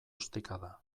ostikada